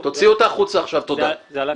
זה עלה פשוט.